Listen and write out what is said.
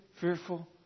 fearful